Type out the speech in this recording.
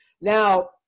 Now